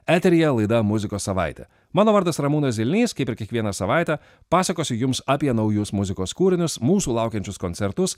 eteryje laida muzikos savaitė mano vardas ramūnas zilnys kaip ir kiekvieną savaitę pasakosiu jums apie naujus muzikos kūrinius mūsų laukiančius koncertus